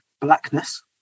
Blackness